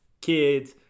kids